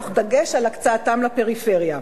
תוך דגש על הקצאתם לפריפריה.